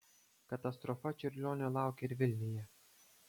katastrofa čiurlionio laukė ir vilniuje